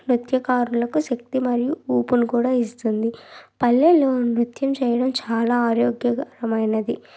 నృత్యకారులకి శక్తి మరియు ఊపును కూడా ఇస్తుంది పల్లెల్లో నృత్యం చేయడం చాలా ఆరోగ్యమైనది